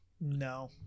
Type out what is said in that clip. No